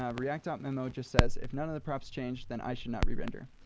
ah react um memo just says, if none of the profs change, then i should not re-render.